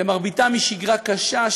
למרביתם היא שגרה קשה,